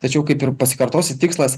tačiau kaip ir pasikartosiu tikslas